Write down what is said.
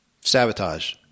sabotage